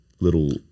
Little